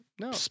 no